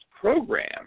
program